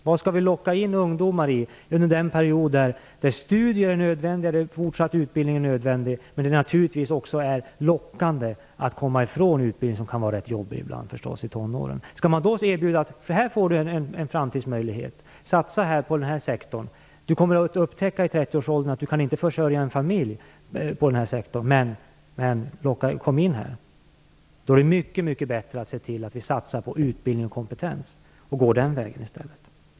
Vad skall vi locka in ungdomar i under den period då studier och fortsatt utbildning visserligen är nödvändigt men då det också är lockande att komma ifrån utbildningen, som ju kan kännas jobbig ibland i tonåren? Skall vi då säga: Här får du en framtidsmöjlighet. Satsa på den här sektorn! Du kommer i 30-årsåldern att upptäcka att du inte kan försörja en familj i den här sektorn, men kom i alla fall! Det är mycket bättre att vi satsar på utbildning och kompetens och går den vägen i stället.